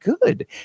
good